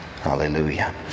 Hallelujah